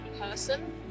person